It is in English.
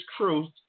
truth